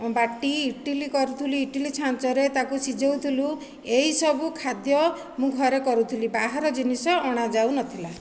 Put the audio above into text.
ବାଟି ଇଟିଲି କରୁଥିଲି ଇଟିଲି ଛାଞ୍ଚରେ ତାକୁ ସିଝାଉଥିଲୁ ଏହିସବୁ ଖାଦ୍ୟ ମୁଁ ଘରେ କରୁଥିଲି ବାହାର ଜିନିଷ ଅଣା ଯାଉନଥିଲା